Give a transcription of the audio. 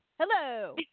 hello